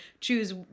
choose